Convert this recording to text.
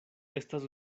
estas